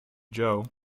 joe